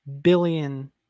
billion